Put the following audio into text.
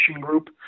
group